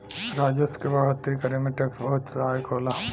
राजस्व क बढ़ोतरी करे में टैक्स बहुत सहायक होला